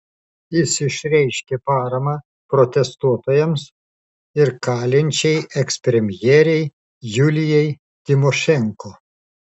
jis išreiškė paramą protestuotojams ir kalinčiai ekspremjerei julijai tymošenko